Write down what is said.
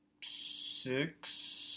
six